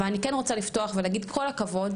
אבל אני כן רוצה לפתוח ולהגיד כל הכבוד,